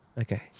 Okay